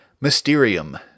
Mysterium